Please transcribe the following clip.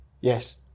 Yes